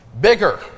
bigger